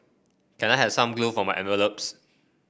can I have some glue for my envelopes